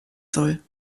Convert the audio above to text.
soll